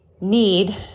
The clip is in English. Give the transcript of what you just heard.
need